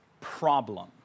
problem